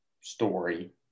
story